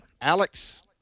Alex